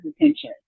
attention